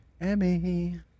Emmy